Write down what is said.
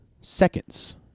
seconds